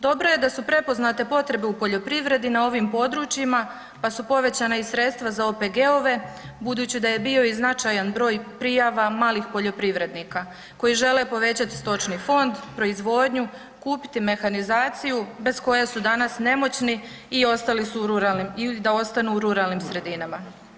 Dobro je da su prepoznate potrebe u poljoprivredi na ovim područjima, pa su povećana i sredstva za OPG-ove budući da je bio i značajan broj prijava malih poljoprivrednika koji žele povećati stočni fond, proizvodnju, kupiti mehanizaciju bez koje su danas nemoćni i ostali su ili da ostanu u ruralnim sredinama.